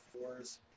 fours